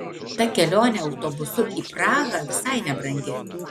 ta kelionė autobusu į prahą visai nebrangi